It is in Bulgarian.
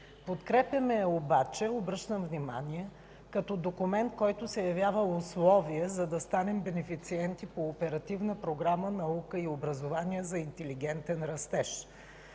Подкрепяме я, но, обръщам внимание, като документ, който се явява условие, за да станем бенефициент по Оперативна програма „Наука и образование за интелигентен растеж”.